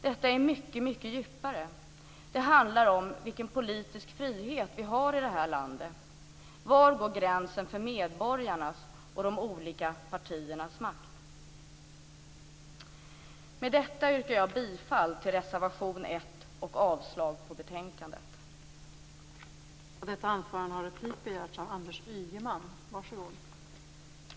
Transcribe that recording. Detta är mycket, mycket djupare. Det handlar om vilken politisk frihet vi har i det här landet. Var går gränsen för medborgarnas och de olika partiernas makt? Med detta yrkar jag bifall till reservation 1 och avslag på hemställan i betänkandet.